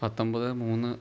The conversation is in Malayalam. പത്തൊമ്പത് മൂന്ന്